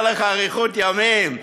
תהיה לך אריכות ימים.